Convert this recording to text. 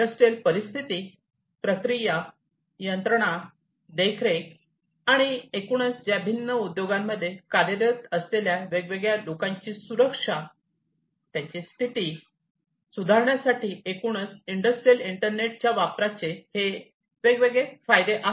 industrial परिस्थिती प्रक्रिया यंत्रणा देखरेख आणि एकूणच या भिन्न उद्योगांमध्ये कार्यरत असलेल्या वेगवेगळ्या लोकांची सुरक्षा स्थिती सुधारण्यासाठी एकूणच इंडस्ट्रियल इंटरनेटच्या वापराचे हे वेगवेगळे फायदे आहेत